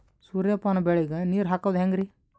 ಸೂರ್ಯಪಾನ ಬೆಳಿಗ ನೀರ್ ಹಾಕೋದ ಹೆಂಗರಿ?